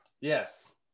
Yes